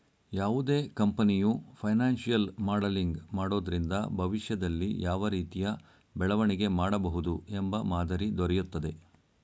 ಯಾವುದೇ ಕಂಪನಿಯು financial modelling ಮಾಡೋದ್ರಿಂದ ಭವಿಷ್ಯದಲ್ಲಿ ಯಾವ ರೀತಿಯ ಬೆಳವಣಿಗೆ ಮಾಡಬಹುದು ಎಂಬ ಮಾದರಿ ದೊರೆಯುತ್ತದೆ